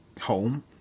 home